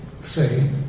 say